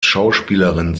schauspielerin